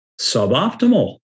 suboptimal